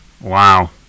Wow